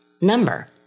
number